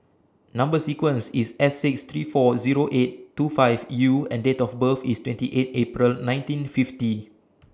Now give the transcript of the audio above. Number sequence IS S six three four Zero eight two five U and Date of birth IS twenty eight April nineteen fifty